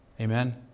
Amen